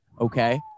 Okay